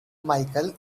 micheal